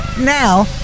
Now